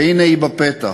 והנה, היא בפתח.